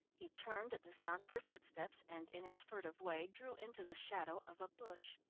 he turned at the sound of her footsteps and in his furtive way drew into the shadow of a bush.